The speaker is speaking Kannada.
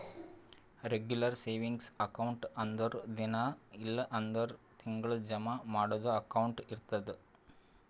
ರೆಗುಲರ್ ಸೇವಿಂಗ್ಸ್ ಅಕೌಂಟ್ ಅಂದುರ್ ದಿನಾ ಇಲ್ಲ್ ಅಂದುರ್ ತಿಂಗಳಾ ಜಮಾ ಮಾಡದು ಅಕೌಂಟ್ ಇರ್ತುದ್